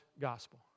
gospel